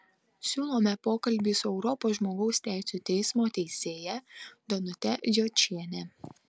siūlome pokalbį su europos žmogaus teisių teismo teisėja danute jočiene